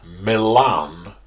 Milan